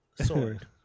Sword